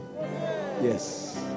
Yes